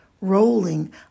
rolling